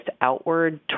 outward